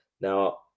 Now